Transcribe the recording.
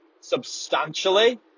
substantially